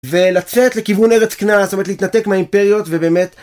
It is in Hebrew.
ולצאת לכיוון ארץ כנען, זאת אומרת להתנתק מהאימפריות, ובאמת...